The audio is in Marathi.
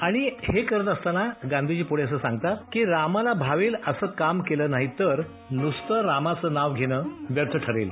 आणि हे करत असताना गांधीजी पूढे असं सांगतात की रामाला भावेल असं काम केलं नाही तर नुसतं रामाचं नाव घेणं व्यर्थ ठरेल